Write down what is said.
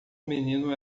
menino